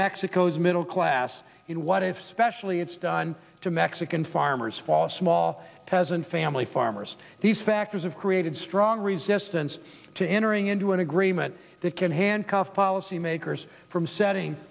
mexico's middle class what if specially it's done to mexican farmers false small peasant family farmers these factors have created strong resistance to entering into an agreement that can handcuff policymakers from setting